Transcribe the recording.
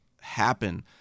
happen